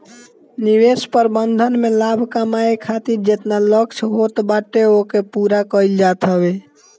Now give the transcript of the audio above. निवेश प्रबंधन में लाभ कमाए खातिर जेतना लक्ष्य होत बाटे ओके पूरा कईल जात हवे